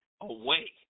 away